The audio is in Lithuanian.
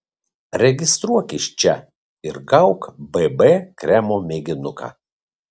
registruokis čia ir gauk bb kremo mėginuką